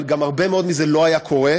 אבל הרבה מאוד מזה לא היה קורה,